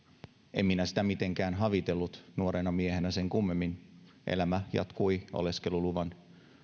en minä sitä havitellut nuorena miehenä mitenkään sen kummemmin elämä jatkui oleskeluluvan